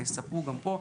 ויספרו גם פה,